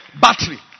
battery